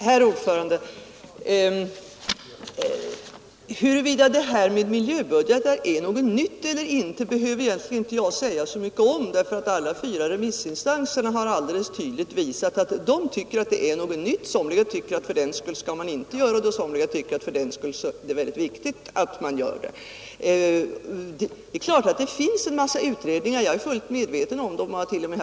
Herr talman! Huruvida det här med miljöbudgeter är något nytt eller inte behöver jag egentligen inte säga mycket om, eftersom alla fyra remissinstanserna alldeles tydligt har visat att de tycker att det är nytt. Somliga tycker att man fördenskull inte skall införa det, medan somliga tycker att det fördenskull är mycket viktigt att man gör det. Jag är medveten om att det finns utredningar — jag hart.o.m.